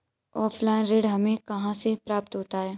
Offline ऋण हमें कहां से प्राप्त होता है?